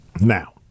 Now